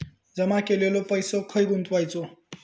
जमा केलेलो पैसो खय गुंतवायचो?